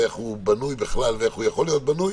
איך הוא יכול להיות בנוי.